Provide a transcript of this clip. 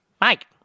Mike